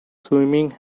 swimming